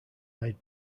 made